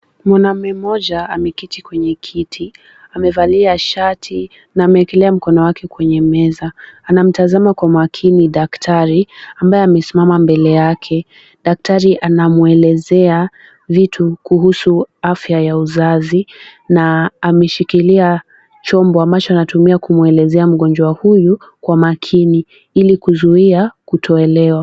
Mwanaume mmoja ameketi kwenye kiti amevalia shati na ameekelea mkono wake kwenye meza. Anamtazama kwa makini daktari ambaye amesimama mbele yake. Daktari anamuelezea vitu kuhusu afya ya uzazi na ameshikilia chombo ambacho anatumia kumuelezea mgonjwa huyu kwa makini ili kuzuia kutoelewa.